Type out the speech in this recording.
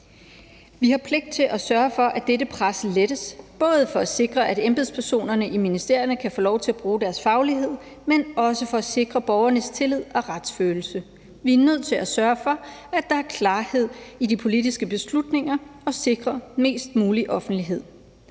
Vi har pligt til at sørge for, at dette pres lettes, både for at sikre, at embedspersonerne i ministerierne kan få lov til at bruge deres faglighed, men også for at sikre borgernes tillid og retsfølelse. Vi er nødt til at sørge for, at der er klarhed i de politiske beslutninger, og sikre mest mulig offentlighed.